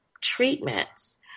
treatments